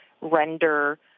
render